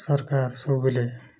ସରକାର ସବୁବେଳେ